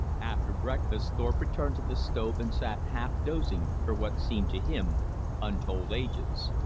after breakfast thorpe returned to this stove and sat half dozing for what seemed to him untold ages.